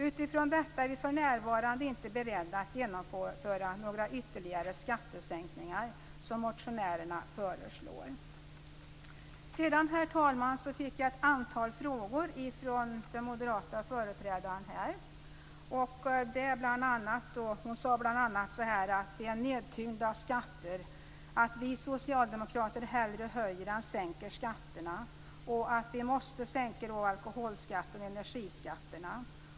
Utifrån detta är vi för närvarande inte beredda att genomföra några ytterligare skattesänkningar, som motionärerna föreslår. Herr talman! Jag fick ett antal frågor från den moderata företrädaren. Hon sade bl.a. att vi är nedtyngda av skatter, att vi socialdemokrater hellre höjer än sänker skatterna och att vi måste sänka alkoholskatten och energiskatterna.